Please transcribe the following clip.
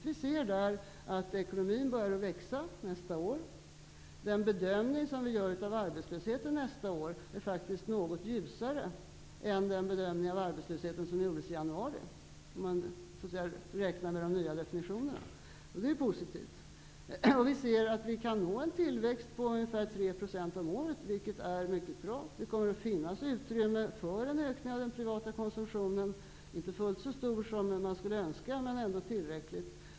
Vi ser där att ekonomin börjar växa nästa år. Den bedömning som vi gör av arbetslösheten nästa år är faktiskt något ljusare än den bedömning av arbetslösheten som gjordes i januari, om man räknar med de nya definitionerna. Det är ju positivt. Vi ser att vi kan nå en tillväxt på ungefär 3 % om året, vilket är mycket bra. Det kommer att finnas utrymme för en ökning av den privata konsumtionen, inte fullt så stor som man skulle önska, men ändå tillräcklig.